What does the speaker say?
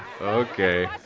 Okay